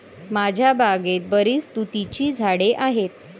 माझ्या बागेत बरीच तुतीची झाडे आहेत